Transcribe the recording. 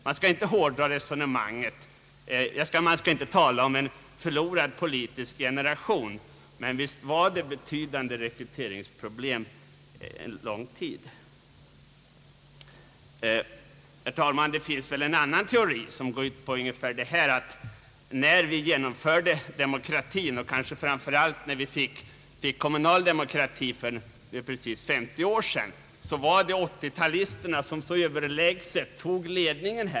Vi bör inte hårdra resonemanget, och vi bör inte tala om en »förlorad politisk generation», men visst var det klara rekryteringsproblem under en viss tid. Herr talman! Det finns väl en annan teori, som går ut på att när demokratin och kanske framför allt den kommunala demokratin genomfördes för precis 50 år sedan, var det 80-talisterna som överlägset tog ledningen.